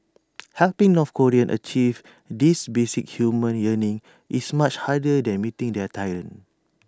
helping north Koreans achieve this basic human yearning is much harder than meeting their tyrant